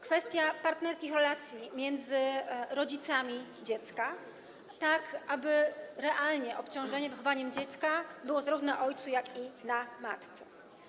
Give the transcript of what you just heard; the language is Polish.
Kwestia partnerskich relacji między rodzicami dziecka, tak aby realnie obciążenie wychowaniem dziecka spoczywało zarówno na ojcu, jak i na matce.